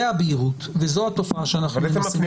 זה הבהירות וזו התופעה שאנחנו מנסים לטפל בה.